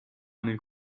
nel